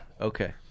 okay